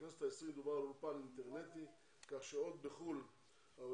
בכנסת ה-20 דובר על אולפן אינטרנטי כך שעוד בחו"ל העולים